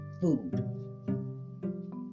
food